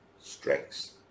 strengths